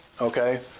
okay